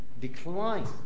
decline